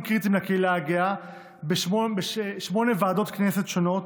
קריטיים לקהילה הגאה בשמונה ועדות כנסת שונות,